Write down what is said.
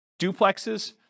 duplexes